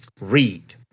read